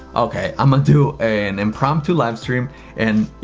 okay, i'm gonna do an impromptu live stream and, you